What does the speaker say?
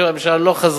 הממשלה לא חזרה.